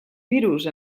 virus